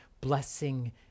blessing